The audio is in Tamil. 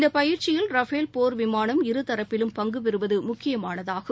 இந்தபயிற்சியில் ரபேல் போர் விமானம் இருதரப்பிலும் பங்குபெறுவதுமுக்கியமானதாகும்